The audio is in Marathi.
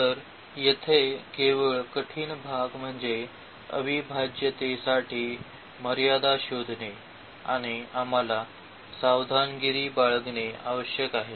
तर येथे केवळ कठीण भाग म्हणजे अविभाज्यतेसाठी मर्यादा शोधणे आणि आम्हाला सावधगिरी बाळगणे आवश्यक आहे